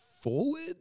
forward